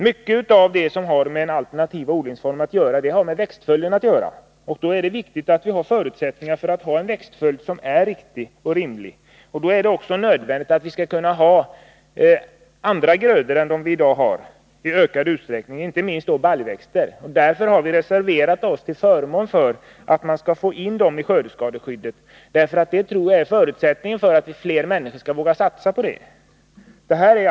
Mycket av det som har med alternativa odlingsformer att göra har också med växtföljden att göra. Då är det viktigt att vi har förutsättningar för en riktig och rimlig växtföljd. Då är det nödvändigt att i ökad utsträckning kunna ha andra grödor än dem vi har i dag, inte minst baljväxter. Därför har vi reserverat oss till förmån för att man skall kunna få in även baljväxterna under skördeskadeskyddet. Detta tror vi är en förutsättning för att fler människor skall våga satsa på alternativa odlingsformer.